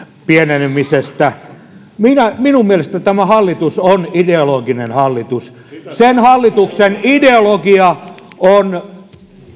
pienenemisestä minun mielestäni tämä hallitus on ideologinen hallitus se hallituksen ideologia on